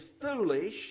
foolish